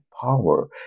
power